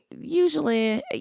Usually